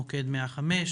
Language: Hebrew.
מוקד 105,